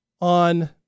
on